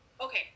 Okay